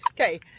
okay